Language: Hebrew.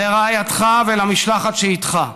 לרעייתך ולמשלחת שאיתך.